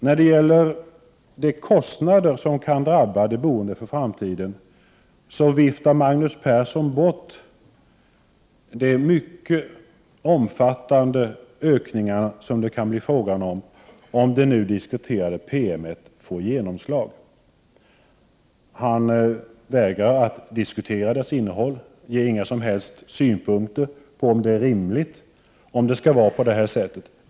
När det gäller de kostnader som kan drabba de boende i framtiden är att märka att Magnus Persson viftar bort de mycket omfattande ökningar som det kan bli fråga om ifall den nu diskuterade promemorian får genomslag. Han vägrar att diskutera innehållet och ger inga som helst synpunkter på om det är rimligt.